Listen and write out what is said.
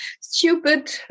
stupid